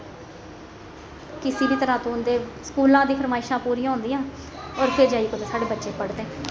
किसी बी तरह उं'दे स्कूल आह्ली फरमेशां पूरी होदियां होर फिर जाइयै साढ़े बच्चे पढ़दे